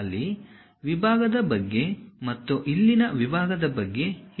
ಅಲ್ಲಿನ ವಿಭಾಗದ ಬಗ್ಗೆ ಮತ್ತು ಇಲ್ಲಿನ ವಿಭಾಗದ ಬಗ್ಗೆ ಏನು